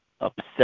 upset